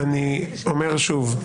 אני אומר שוב,